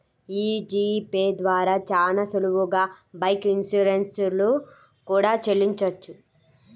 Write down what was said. యీ G Pay ద్వారా చానా సులువుగా బైక్ ఇన్సూరెన్స్ లు కూడా చెల్లించొచ్చు